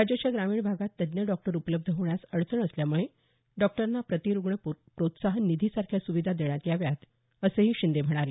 राज्याच्या ग्रामीण भागात तज्ज्ञ डॉक्टर उपलब्ध होण्यास अडचण असल्यामुळे डॉक्टरांना प्रति रुग्ण प्रोत्साहन निधी सारख्या सुविधा देण्यात याव्यात असंही शिंदे म्हणाले